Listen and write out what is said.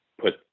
put